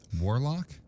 Warlock